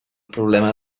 problema